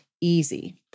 easy